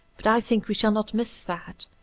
but i think we shall not miss that,